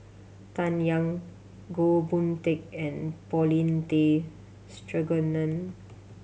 Bai Yan Goh Boon Teck and Paulin Tay Straughan